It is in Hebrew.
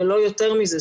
ולא יותר מזה.